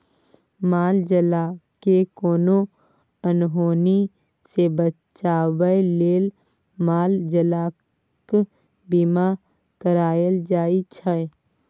माल जालकेँ कोनो अनहोनी सँ बचाबै लेल माल जालक बीमा कराएल जाइ छै